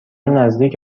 نزدیک